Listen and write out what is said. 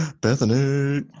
Bethany